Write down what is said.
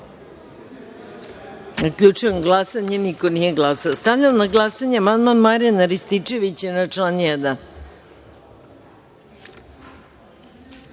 1.Zaključujem glasanje: niko nije glasao. Stavljam na glasanje amandman Marjana Rističevića na član